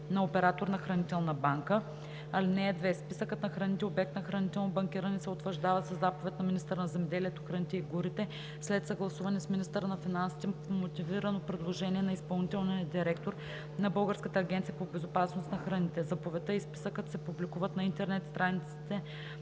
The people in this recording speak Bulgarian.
на оператор на хранителна банка. (2) Списъкът на храните, обект на хранително банкиране, се утвърждава със заповед на министъра на земеделието, храните и горите след съгласуване с министъра на финансите по мотивирано предложение на изпълнителния директор на Българската агенция по безопасност на храните. Заповедта и списъкът се публикуват на интернет страниците